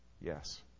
yes